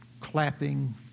clapping